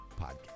podcast